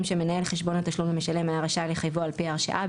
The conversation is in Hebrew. שמנהל חשבון התשלום למשלם היה רשאי לחייבו על פי ההרשאה,